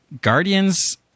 Guardians